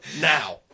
now